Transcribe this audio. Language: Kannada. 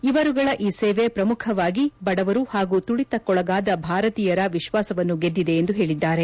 ಇವರುಗಳ ಈ ಸೇವೆ ಪ್ರಮುಖವಾಗಿ ಬಡವರು ಹಾಗೂ ತುಳಿತಕೊಳಗಾದ ಭಾರತೀಯರ ವಿಶ್ವಾಸವನ್ನು ಗೆದ್ಲಿದೆ ಎಂದು ಹೇಳಿದ್ದಾರೆ